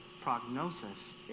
prognosis